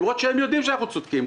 למרות שהם יודעים שאנחנו צודקים,